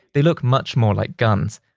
they look much more like guns.